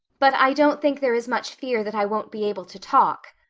but i don't think there is much fear that i won't be able to talk.